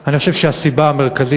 כביכול שהביאה למקרה.